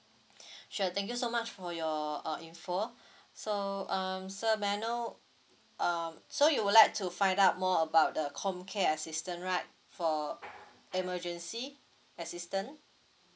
sure thank you so much for your uh info so um sir may I know um so you would like to find out more about the comcare assistant right for emergency assistant